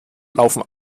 laufen